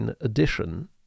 edition